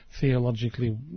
theologically